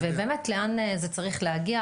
ובאמת לאן זה צריך להגיע.